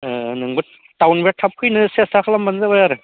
नोंबो टाउननिफ्राय थाब फैनो सेस्था खालामब्लानो जाबाय आरो